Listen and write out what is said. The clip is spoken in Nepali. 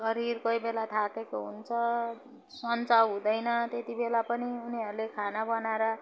शरीर कोही बेला थाकेको हुन्छ सन्चो हुँदैन त्यति बेला पनि उनीहरूले खाना बनाएर